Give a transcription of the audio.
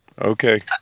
Okay